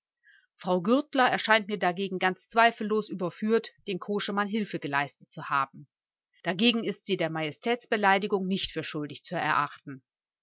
frau gürtler erscheint mir dagegen ganz zweifellos überführt dem koschemann hilfe geleistet zu haben dagegen ist sie der majestätsbeleidigung nicht für schuldig zu erachten